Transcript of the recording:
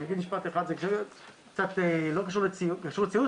אני אגיד משפט אחד קצת לא קשור ל קשור לציונות,